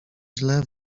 źle